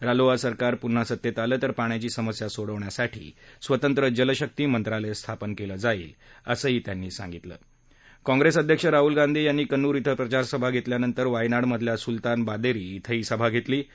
रालोआ सरकार पुन्हा सत्तत्तआलं तर पाण्याची समस्या सोडवण्यासाठी स्वतंत्र जलशक्ती मंत्रालय स्थापन कलि जाईल असं तत्त म्हणालकाँग्रस्त्राध्यक्ष राहुल गांधी यांनी कन्नुर काँ प्रचारसभा घरतियानंतर वायनाड मधल्या सुलतान बादतीकेंही सभा घरतियी